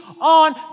on